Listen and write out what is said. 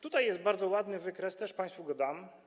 Tutaj jest bardzo ładny wykres, też państwu go dam.